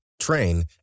train